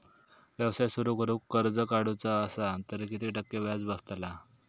व्यवसाय सुरु करूक कर्ज काढूचा असा तर किती टक्के व्याज बसतला?